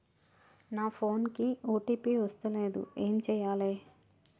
నా ఫోన్ కి ఓ.టీ.పి వస్తలేదు ఏం చేయాలే?